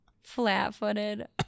Flat-footed